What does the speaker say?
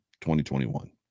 2021